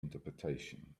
interpretation